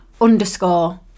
underscore